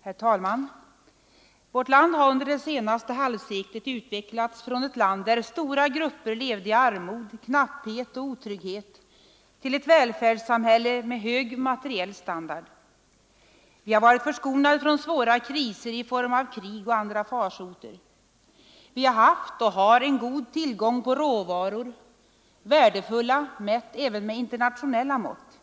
Herr talman! Vårt land har under det senaste halvseklet utvecklats från ett land där stora grupper levde i armod, knapphet och otrygghet till ett välfärdssamhälle med hög materiell standard. Vi har varit förskonade från svåra kriser i form av krig och farsoter. Vi har haft och har en god tillgång på råvaror, värdefulla mätt även med internationella mått.